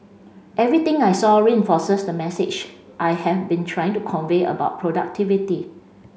everything I saw reinforces the message I have been trying to convey about productivity